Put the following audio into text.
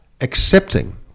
Accepting